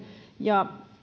ja